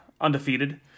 undefeated